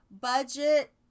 budget